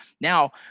Now